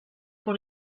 pour